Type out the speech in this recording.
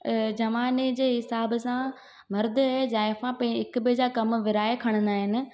ज़माने जे हिसाब सां मर्दु ऐं ज़ाइफ़ां पें हिक ॿिए जा कम विराए खणंदा आहिनि